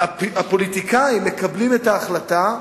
הפוליטיקאים מקבלים את ההחלטה,